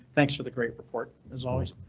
thanks for the great report, as always.